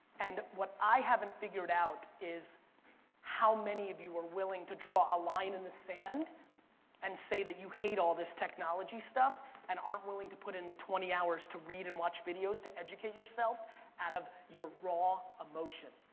and what i haven't figured out is how many of you are willing to draw a line in the sand and say that you hate all this technology stuff and aren't will to put in the twenty hours to read and watch videos to educate yourself out of your raw emotion,